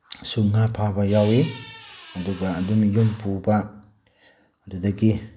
ꯁꯨ ꯉꯥ ꯐꯥꯕ ꯌꯥꯎꯋꯤ ꯑꯗꯨꯒ ꯑꯗꯨꯅ ꯌꯨꯝ ꯄꯨꯕ ꯑꯗꯨꯗꯒꯤ